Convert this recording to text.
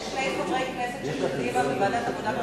יש שני חברי כנסת של קדימה בוועדת העבודה והרווחה,